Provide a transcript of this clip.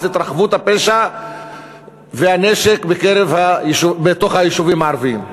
התרחבות הפשע והחזקת הנשק בתוך היישובים הערביים.